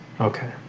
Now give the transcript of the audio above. Okay